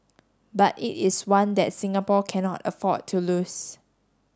but it is one that Singapore cannot afford to lose